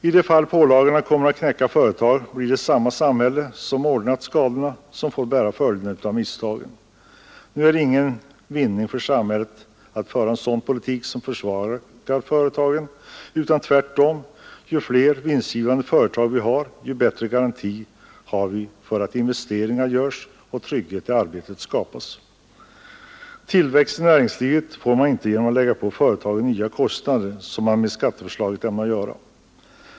I de fall pålagorna kommer att knäcka företag blir det samma samhälle som orsakat skadorna som får bära följderna av misstagen. Nu är det ingen vinning för samhället att föra en sån politik som försvagar företagen, utan tvärtom — ju fler vinstgivande företag vi har, desto bättre garanti har vi för att investeringar görs och trygghet i arbetet skapas. Tillväxten i näringslivet får man inte genom att lägga på företagen nya kostnader som man med skatteförslaget ämnar göra.